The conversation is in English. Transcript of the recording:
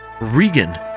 regan